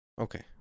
Okay